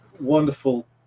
wonderful